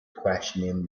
questioning